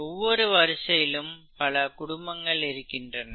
ஒவ்வொரு வரிசையிலும் பல குடும்பங்கள் இருக்கின்றன